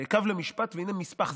"ויקו למשפט והנה משפח".